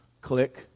Click